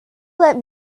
let